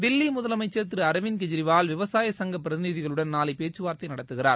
தில்லி முதலமைச்ச் திரு அரவிந்த் கெஜ்ரிவால் விவசாய சங்க பிரதிநிதிகளுடன் நாளை பேச்சுவார்த்தை நடத்துகிறார்